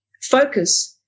focus